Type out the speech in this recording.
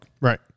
right